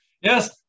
Yes